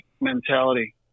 mentality